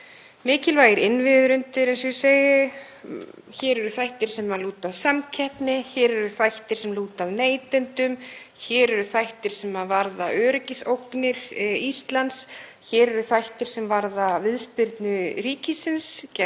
Mikilvægir innviðir undir, eins og ég segi. Hér eru þættir sem lúta að samkeppni. Hér eru þættir sem lúta að neytendum. Hér eru þættir sem varða öryggisógnir Íslands. Hér eru þættir sem varða viðspyrnu ríkisins gegn